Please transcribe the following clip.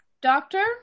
Doctor